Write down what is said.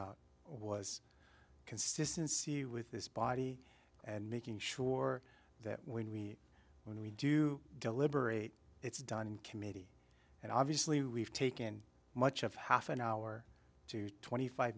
out was consistency with this body and making sure that when we when we do deliberate it's done in committee and obviously we've taken much of half an hour to twenty five